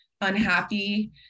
unhappy